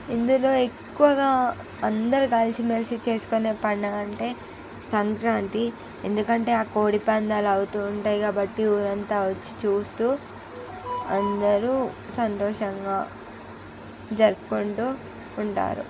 ఇందులో ఎక్కువగా అందరు కలిసి మెలిసి చేసుకొనే పండుగ అంటే సంక్రాంతి ఎందుకంటే ఆ కోడిపందాలు అవుతూ ఉంటాయి కాబట్టి ఊరంతా వచ్చి చూస్తూ అందరూ సంతోషంగా జరుపుకుంటూ ఉంటారు